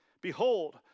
behold